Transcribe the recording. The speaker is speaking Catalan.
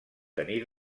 tenir